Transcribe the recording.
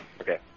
Okay